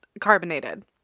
carbonated